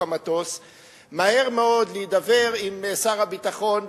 מהר מאוד להידבר עם שר הביטחון,